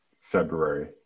February